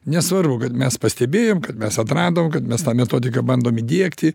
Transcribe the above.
nesvarbu kad mes pastebėjom kad mes atradom kad mes tą metodiką bandom įdiegti